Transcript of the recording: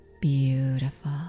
beautiful